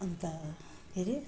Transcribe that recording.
अन्त के अरे